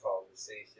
conversation